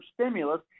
stimulus